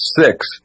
six